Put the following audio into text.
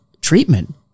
treatment